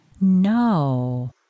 No